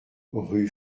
rue